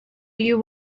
you